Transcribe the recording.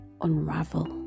unravel